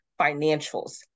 financials